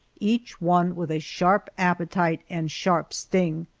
each one with a sharp appetite and sharp sting.